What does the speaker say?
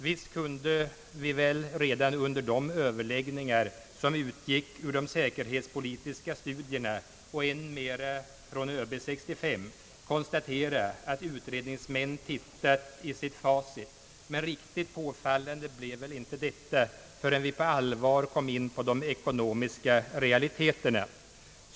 Visst kunde vi väl redan under de överläggningar som utgick ur de säkerhetspolitiska studierna och än mera från ÖB 65 konstatera att utredningsmännen tittat i sitt facit. Men riktigt påfallande blev väl inte detta förrän vi på allvar kom in på de ekonomiska realiteterna.